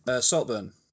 Saltburn